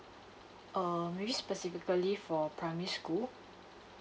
err maybe specifically for primary school